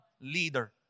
leader